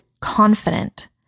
confident